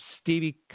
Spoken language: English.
Stevie